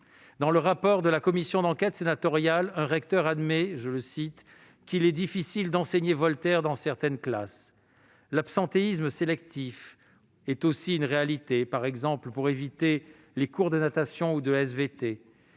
Dans le rapport de la commission d'enquête sénatoriale, un recteur admet « qu'il est difficile d'enseigner Voltaire dans certaines classes ». L'« absentéisme sélectif » est aussi une réalité, par exemple pour éviter les cours de natation ou de